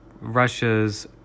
Russia's